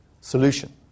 solution